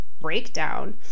breakdown